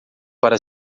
para